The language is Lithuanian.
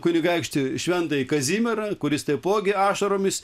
kunigaikštį šventąjį kazimierą kuris taipogi ašaromis